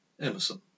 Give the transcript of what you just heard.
Emerson